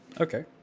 Okay